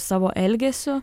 savo elgesiu